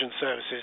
services